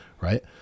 right